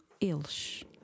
eles